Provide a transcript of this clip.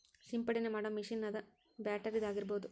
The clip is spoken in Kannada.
ಸಿಂಪಡನೆ ಮಾಡು ಮಿಷನ್ ಅದ ಬ್ಯಾಟರಿದ ಆಗಿರಬಹುದ